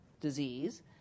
disease